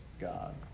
God